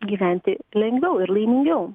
gyventi lengviau ir laimingiau